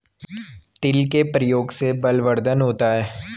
तिल के प्रयोग से बलवर्धन होता है